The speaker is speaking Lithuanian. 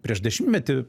prieš dešimtmetį